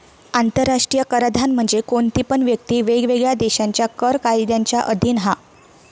आंतराष्ट्रीय कराधान म्हणजे कोणती पण व्यक्ती वेगवेगळ्या देशांच्या कर कायद्यांच्या अधीन हा